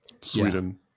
Sweden